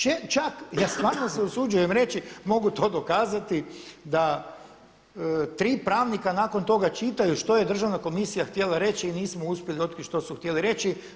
Čak ja stvarno se usuđujem reći mogu to dokazati da 3 pravnika nakon toga čitaju što je Državna komisija htjela reći i nismo uspjeli otkriti što su htjeli reći.